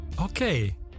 Okay